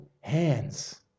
hands